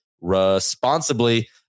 responsibly